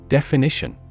Definition